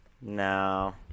No